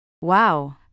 Wow